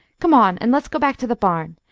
come on and let's go back to the barn.